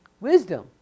Wisdom